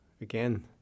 again